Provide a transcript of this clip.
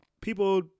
People